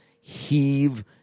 heave